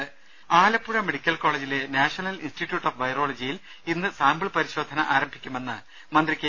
ദേദ ആലപ്പുഴ മെഡിക്കൽ കോളേജിലെ national institute of വൈറോളജിയിൽ ഇന്ന് സാമ്പിൾ പരിശോധന ആരംഭിക്കുമെന്ന് മന്ത്രി കെ